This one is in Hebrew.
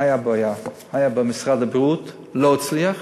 הייתה בעיה, היו במשרד הבריאות, לא הצליח.